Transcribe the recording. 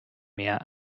mehr